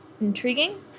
intriguing